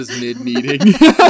mid-meeting